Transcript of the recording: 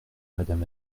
madame